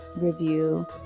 review